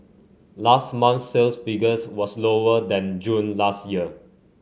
last month sales figures was lower than June last year